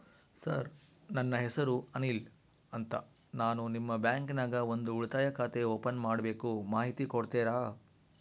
Sir ನನ್ನ ಹೆಸರು ಅನಿಲ್ ಅಂತ ನಾನು ನಿಮ್ಮ ಬ್ಯಾಂಕಿನ್ಯಾಗ ಒಂದು ಉಳಿತಾಯ ಖಾತೆ ಓಪನ್ ಮಾಡಬೇಕು ಮಾಹಿತಿ ಕೊಡ್ತೇರಾ?